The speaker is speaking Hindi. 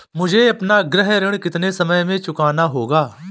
मुझे अपना गृह ऋण कितने समय में चुकाना होगा?